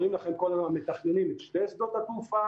אומרים לכם כל הזמן שמתכננים את שני שדות התעופה,